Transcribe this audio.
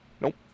Nope